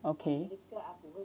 okay